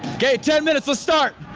okay, ten minutes, lets' start.